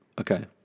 Okay